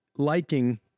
liking